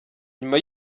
nyuma